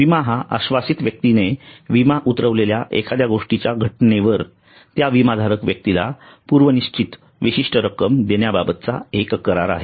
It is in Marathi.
विमा हा आश्वासित व्यक्तीने विमा उतरवलेल्या एखाद्या गोष्टीच्या घटनेवर त्या विमाधारक व्यक्तीला पूर्वनिश्चित विशिष्ट रक्कम देण्या बाबतचा एक करार आहे